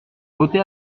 voté